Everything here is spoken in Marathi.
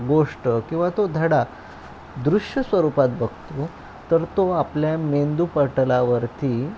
गोष्ट किंवा तो धडा दृश्य स्वरूपात बघतो तर तो आपल्या मेंदू पटलावरती